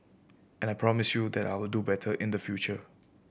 and I promise you that I will do better in the future